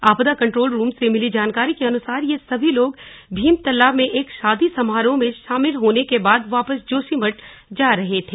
आपदा control room से मिली जानकारी के अनुसार ये सभी लोग भीमतला में एक शादी समारोह में शामिल होने के बाद वापस जोशीमठ जा रहे थे